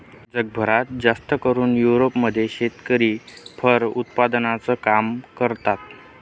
जगभरात जास्तकरून युरोप मधले शेतकरी फर उत्पादनाचं काम करतात